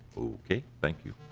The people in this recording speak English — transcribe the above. okay thank you.